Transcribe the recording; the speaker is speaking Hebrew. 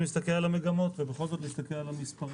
להסתכל על המגמות ובכל זאת להסתכל על המספרים